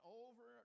over